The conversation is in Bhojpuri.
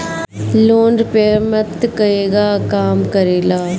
लोन रीपयमेंत केगा काम करेला?